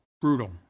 Brutal